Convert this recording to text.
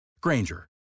Granger